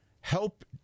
help